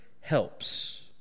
helps